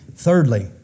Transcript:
Thirdly